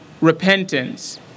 repentance